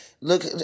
look